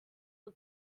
was